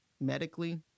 medically